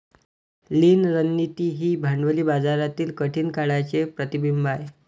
लीन रणनीती ही भांडवली बाजारातील कठीण काळाचे प्रतिबिंब आहे